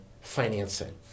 financing